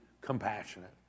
compassionate